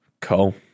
Cool